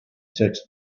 searched